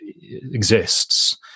exists